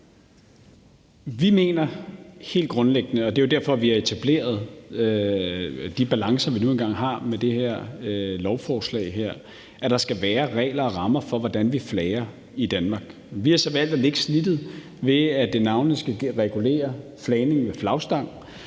Vi mener helt grundlæggende – og det er jo derfor, vi har etableret de balancer, vi nu engang har med det her lovforslag – at der skal være regler og rammer for, hvordan vi flager i Danmark. Vi har så valgt at lægge snittet der, hvor det navnlig skal regulere flagning med flagstang,